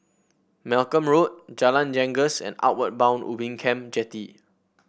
Malcolm Road Jalan Janggus and Outward Bound Ubin Camp Jetty